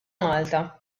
malta